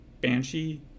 Banshee